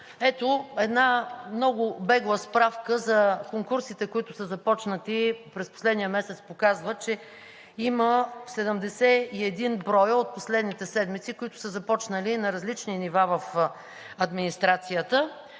една много бегла справка за конкурсите, които са започнати през последния месец, показва, че има 71 броя от последните седмици, които са започнали на различни нива в администрацията.